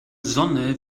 sonne